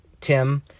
Tim